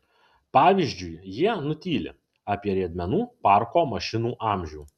pavyzdžiui jie nutyli apie riedmenų parko mašinų amžių